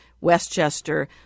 Westchester